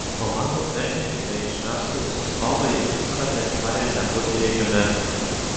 komandų technikai bei žiniasklaidos atstovai į uždarą teritoriją nebus įleidžiami